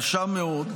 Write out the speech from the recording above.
באמת קשה מאוד,